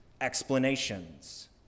explanations